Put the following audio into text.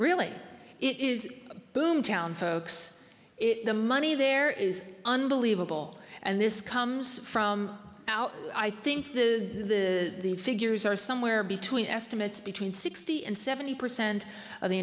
really it is boom town folks it the money there is unbelievable and this comes from out i think the figures are somewhere between estimates between sixty and seventy percent of the